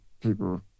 people